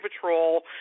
patrol